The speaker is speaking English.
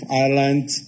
Ireland